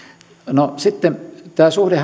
no sitten tämä suhde